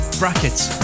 brackets